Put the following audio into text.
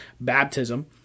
baptism